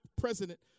president